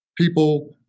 people